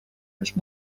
los